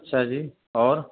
اچھا جی اور